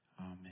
Amen